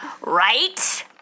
Right